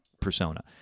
persona